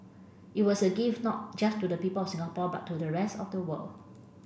it was a gift not just to the people of Singapore but to the rest of the world